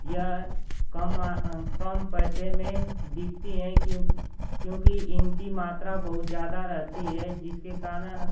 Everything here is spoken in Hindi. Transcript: यह कम मात कम पैसे में बिकती है क्यों क्योंकि इनकी मात्रा बहुत ज़्यादा रहती है जिसके कारण